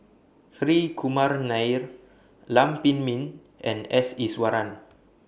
Hri Kumar Nair Lam Pin Min and S Iswaran